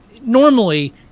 normally